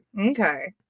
Okay